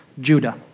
Judah